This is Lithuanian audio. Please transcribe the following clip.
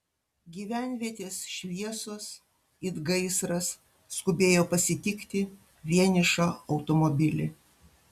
gyvenvietės šviesos it gaisras skubėjo pasitikti vienišą automobilį